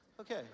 Okay